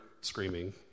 screaming